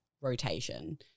rotation